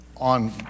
on